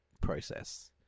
process